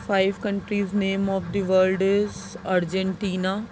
Argentina